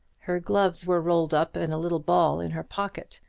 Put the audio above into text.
her gloves were rolled up in a little ball in her pocket.